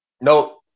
no